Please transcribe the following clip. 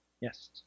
Yes